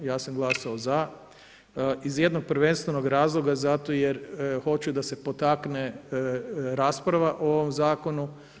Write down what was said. Ja sam glasao za iz jednog prvenstvenog razloga, zato jer hoću da se potakne rasprava o ovom Zakonu.